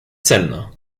zentner